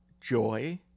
joy